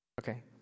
Okay